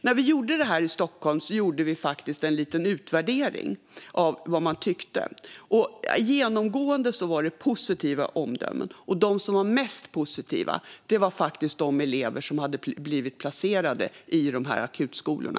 När vi gjorde det här i Stockholm gjorde vi en liten utvärdering av vad man tyckte. Det var genomgående positiva omdömen, och de som var mest positiva var faktiskt de elever som hade blivit placerade i akutskolorna.